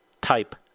type